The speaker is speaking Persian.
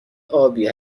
ابی